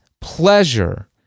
pleasure